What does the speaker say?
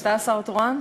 אתה השר התורן?